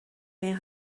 این